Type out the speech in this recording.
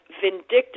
vindictive